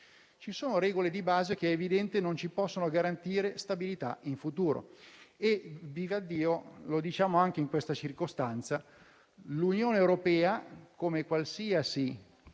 ci sono regole di base che è evidente non ci possono garantire stabilità in futuro. E, vivaddio, lo diciamo anche in questa circostanza: l'Unione europea, come qualsiasi